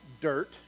dirt